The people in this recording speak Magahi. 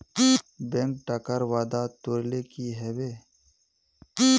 बैंक टाकार वादा तोरले कि हबे